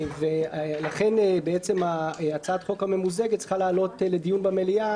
לכן הצעת החוק הממוזגת צריכה לעלות לדיון במליאה